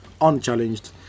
Unchallenged